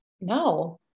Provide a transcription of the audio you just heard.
No